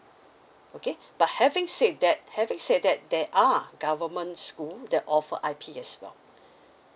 okay but having said that having said that there are government school the offer I_P as well